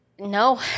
no